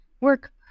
work